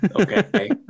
Okay